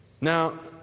Now